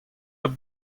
hep